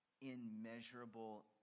immeasurable